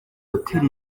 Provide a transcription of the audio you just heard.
gutera